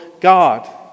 God